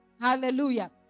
Hallelujah